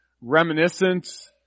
Reminiscence